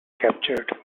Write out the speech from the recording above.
captured